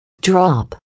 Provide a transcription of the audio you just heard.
drop